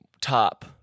top